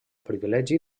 privilegi